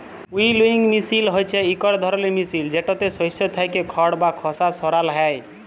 উইলউইং মিশিল হছে ইকট ধরলের মিশিল যেটতে শস্য থ্যাইকে খড় বা খসা সরাল হ্যয়